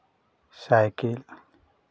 cycle